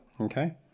Okay